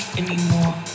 anymore